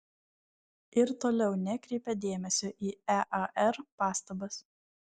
ir toliau nekreipė dėmesio į ear pastabas